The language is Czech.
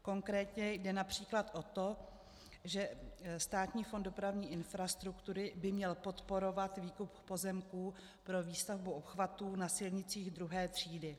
Konkrétně jde například o to, že Státní fond dopravní infrastruktury by měl podporovat výkup pozemků pro výstavbu obchvatů na silnicích II. třídy.